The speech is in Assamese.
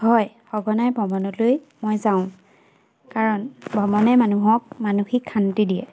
হয় সঘনাই ভ্ৰমণলৈ মই যাওঁ কাৰণ ভ্ৰমণে মানুহক মানসিক শান্তি দিয়ে